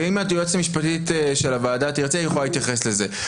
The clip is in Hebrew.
ואם היועצת המשפטית של הוועדה תרצה היא יכולה להתייחס לזה.